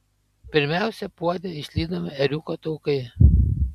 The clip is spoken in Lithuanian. pirmiausiai puode išlydomi ėriuko taukai